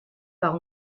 par